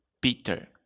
Peter